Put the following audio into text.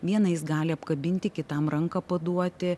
vieną jis gali apkabinti kitam ranką paduoti